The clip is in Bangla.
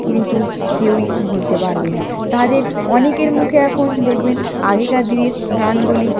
কিন্তু কেউই ভুলতে পারবে না তাদের অনেকের মুখে এখন দেখবেন আগেকার দিনের গানগুলি